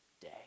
day